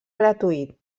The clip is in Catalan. gratuït